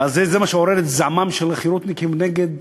וזה מה שעורר את זעמם של החרותניקים נגד